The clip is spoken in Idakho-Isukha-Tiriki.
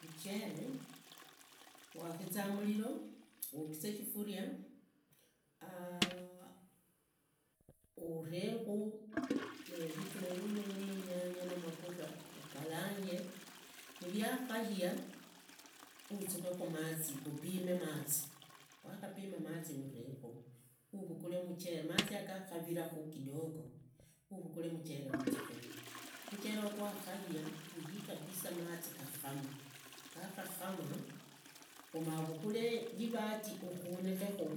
Muchere uwakhiza muliro, wogize shifuria, aah urekhu vitunguru ninyanga namagara ukaranje, vivyakhaiga uzughekhu mazi, upime mazi, upime mazi wakhapima mazi uvekhu, uvunguree muchere mazi yago nigaviravira kidogo, uvugule muchere uzukhemu muchere yogo gwakhaya guyii kabisa mazigakhame, gakhakhama umaavugure rivati ukhunikhekhu